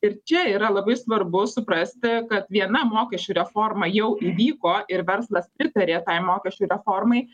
ir čia yra labai svarbu suprasti kad viena mokesčių reforma jau įvyko ir verslas pritarė tai mokesčių reformai